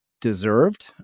deserved